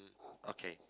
okay